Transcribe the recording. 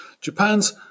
Japan's